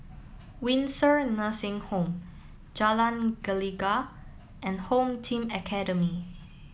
Windsor Nursing Home Jalan Gelegar and Home Team Academy